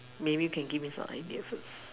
maybe can give me some ideas first